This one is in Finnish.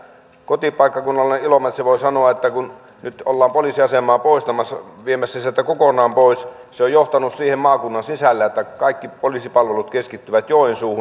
kotipaikkakunnallani ilomantsissa voi sanoa että kun nyt ollaan poliisiasemaa viemässä sieltä kokonaan pois se on johtanut siihen maakunnan sisällä että kaikki poliisipalvelut keskittyvät joensuuhun